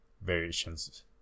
variations